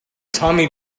tommy